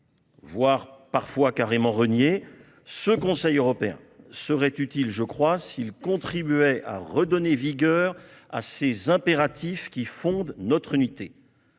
voire carrément reniés. Ce Conseil européen serait utile s'il contribuait à redonner vigueur à ces impératifs qui fondent notre unité.